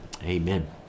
Amen